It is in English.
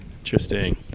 Interesting